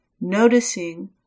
noticing